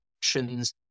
actions